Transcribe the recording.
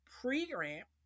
pre-grant